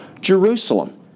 Jerusalem